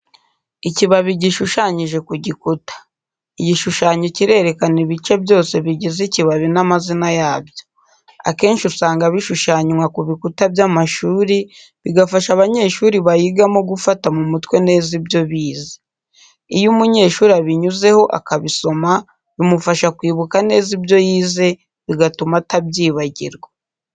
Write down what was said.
Ikibabi gishushanyije ku gikuta. Igishushanyo cyirerekana ibice byose bigize ikibabi n'amazina yabyo. Akenshi usanga bishushanywa kubikuta by'amashuri, bigafasha abanyeshuri bayigamo gufata mumutwe neza ibyo bize. Iyo umunyeshuri abinyuzeho akabisoma bimufasha kwibuka neza ibyo yize, bigatuma atabyibagirwa.